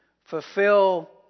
fulfill